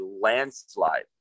landslide